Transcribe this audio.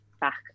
back